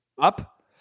Up